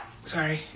Sorry